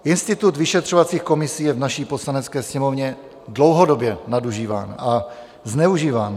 Institut vyšetřovacích komisí je v naší Poslanecké sněmovně dlouhodobě nadužíván a zneužíván.